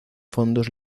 fondos